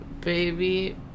Baby